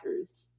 throughs